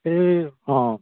এই অঁ